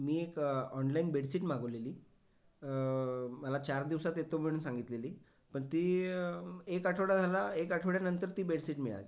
मी एक online bedsheet मागवलेली मला चार दिवसात देतो म्हणून सांगितलेली पण ती एक आठवडा झाला एक आठवड्यानंतर ती बेडसीट मिळाली